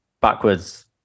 backwards